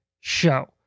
show